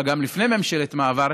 אבל גם לפני ממשלת מעבר,